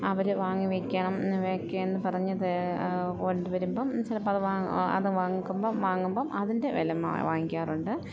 അവർ വാങ്ങി വെക്കണം വെക്കാം എന്ന് പറഞ്ഞ് കൊണ്ട് വരുമ്പം ചിലപ്പം അത് അത് വാങ്ങിക്കുമ്പം വാങ്ങുമ്പം അതിൻ്റെ വില വാങ്ങിക്കാറുണ്ട്